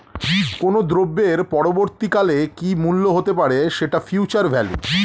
কোনো দ্রব্যের পরবর্তী কালে কি মূল্য হতে পারে, সেটা ফিউচার ভ্যালু